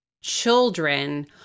children